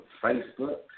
Facebook